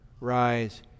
rise